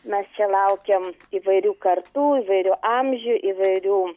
mes čia laukiam įvairių kartų įvairių amžių įvairių